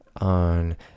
on